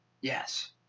Yes